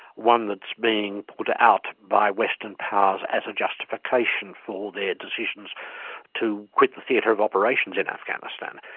one that's being put out by western powers as a justification for their decisions to quit the theatre of operations in afghanistan.